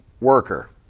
worker